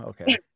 okay